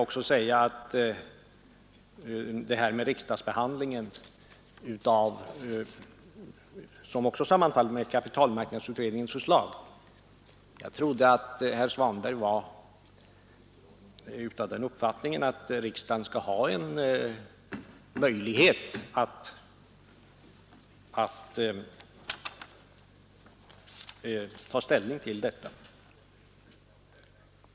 Beträffande detta med riksdagsbehandlingen av fondstyrelsebesluten, ett förslag som sammanfaller med kapitalmarknadsutredningens förslag, så trodde jag att herr Svanberg var av den uppfattningen att riksdagen skall ha en möjlighet att ta ställning till detta.